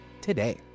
today